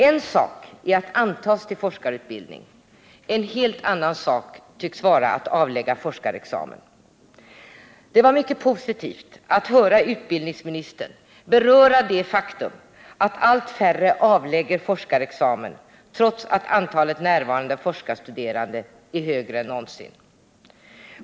En sak är att antas till forskarutbildning. En helt annan sak tycks vara att avlägga forskarexamen. Det var mycket positivt att höra utbildningsministern beröra det faktum att allt färre avlägger forskarexamen, trots att antalet närvarande forskarstuderande är högre än någonsin.